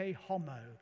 Homo